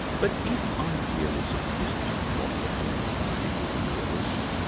but if idealism isn't a problem for the political realist,